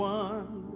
one